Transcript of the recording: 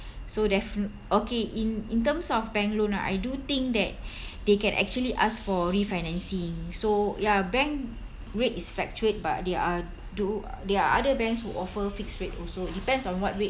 so def~ okay in in terms of bank loan ah I do think that they can actually ask for refinancing so ya bank rate is fluctuate but there are do there are other banks who offer fixed rate also depends on what rate